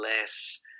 less